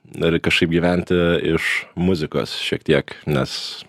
ir kažkaip gyventi iš muzikos šiek tiek nes